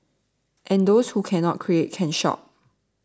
and those who cannot create can shop